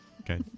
Okay